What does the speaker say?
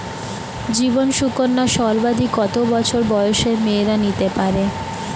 জীবন সুকন্যা সর্বাধিক কত বছর বয়সের মেয়েরা নিতে পারে?